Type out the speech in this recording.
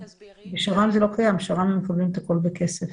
בשר"ם זה לא קיים, הם מקבלים הכול בכסף.